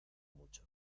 mucho